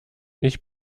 ich